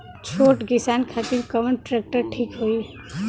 छोट किसान खातिर कवन ट्रेक्टर ठीक होई?